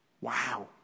Wow